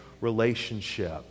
relationship